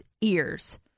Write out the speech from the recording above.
ears